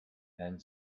and